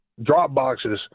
Dropboxes